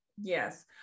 Yes